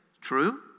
True